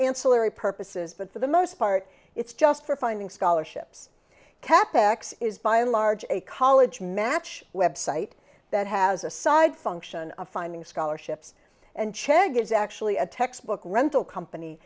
ancillary purposes but for the most part it's just for finding scholarships cap ex is by and large a college match website that has a side function of finding scholarships and chad gives actually a textbook rental company